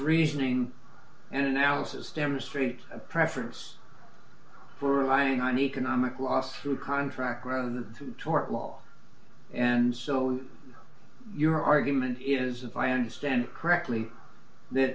reasoning and analysis demonstrate a preference for lying on economic loss through contract rather than tort law and so your argument is if i understand correctly that